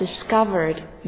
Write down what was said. discovered